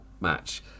match